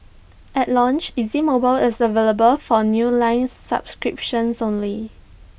at launch easy mobile is available for new line subscriptions only